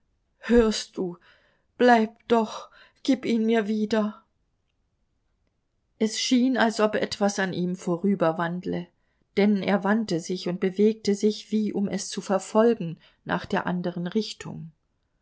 hörst du bleib doch gib ihn mir wieder es schien als ob etwas an ihm vorüberwandle denn er wandte sich und bewegte sich wie um es zu verfolgen nach der anderen richtung